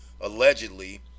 allegedly